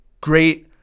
great